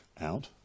out